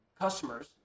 customers